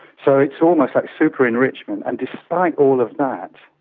so it's almost like super-enrichment, and despite all of that,